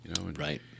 Right